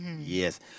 yes